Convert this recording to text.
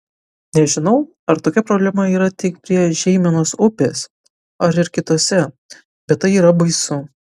nežinau ar tokia problema yra tik prie žeimenos upės ar ir kitose bet tai yra baisu